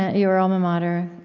your alma mater,